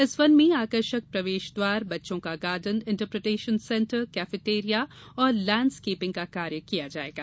इस वन में आकर्षक प्रवेश द्वार बच्चों का गार्डन इंटरप्रिटेशन सेन्टर कैफेटेरिया और लेंड स्केपिंग का कार्य किया जायेगा